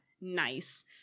nice